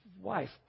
wife